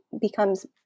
becomes